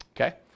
Okay